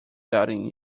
doubting